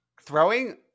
throwing